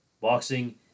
Boxing